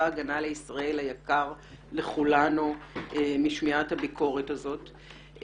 הגנה לישראל היקר לכולנו משמיעת הביקורת הזאת.